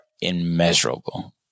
immeasurable